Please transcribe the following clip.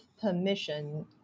permission